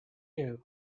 you